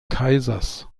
kaisers